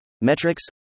Metrics